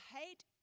hate